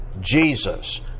Jesus